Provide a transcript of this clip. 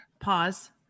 Pause